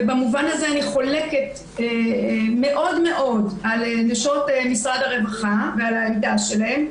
ובמובן הזה אני חולקת מאוד מאוד על נשות משרד הרווחה ועל העמדה שלהן,